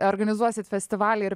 organizuosit festivalį ir